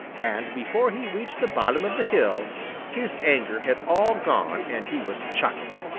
and before he reached the bottom of the hill his anger had all gone and he was chuckling.